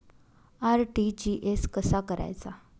RTGS कसा करायचा?